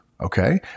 Okay